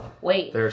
wait